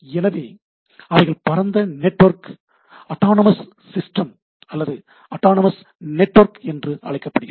எனவே அவைகள் பரந்த நெட்வொர்க் அடானமஸ் சிஸ்டம் அல்லது அடானமஸ் நெட்வொர்க் என்று அழைக்கப்படுகிறது